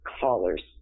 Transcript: callers